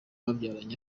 babyaranye